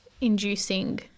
inducing